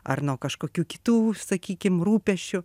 ar nuo kažkokių kitų sakykim rūpesčių